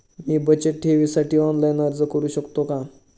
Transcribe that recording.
मी बचत ठेवीसाठी ऑनलाइन अर्ज करू शकतो का?